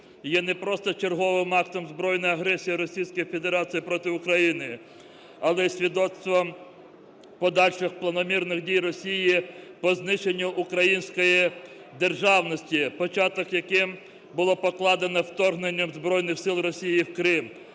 є не просто черговим актом збройної агресії Російської Федерації проти України, але свідоцтвом подальших планомірних дій Росії по знищенню української державності, початок яким було покладено вторгненням Збройних сил Росії в Крим,